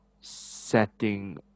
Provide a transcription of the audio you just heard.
setting